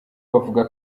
bavuga